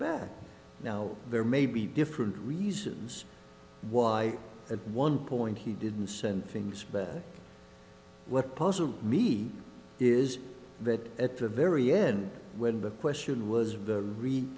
back now there may be different reasons why at one point he didn't send things back what puzzles me is that at the very end when the question was rea